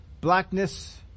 blackness